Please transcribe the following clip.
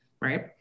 right